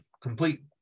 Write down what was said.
complete